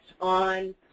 on